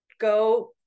go